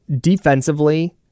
defensively